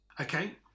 Okay